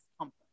comfort